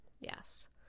Yes